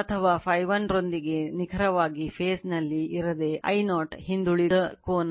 ಅಥವಾ Φ1 ರೊಂದಿಗೆ ನಿಖರವಾಗಿ ಫೇಸ್ ನಲ್ಲಿ ಇರದೆ I0 ನ ಹಿಂದುಳಿದ ಕೋನ ಇರುತ್ತದೆ